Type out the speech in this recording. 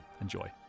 Enjoy